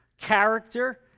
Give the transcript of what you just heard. character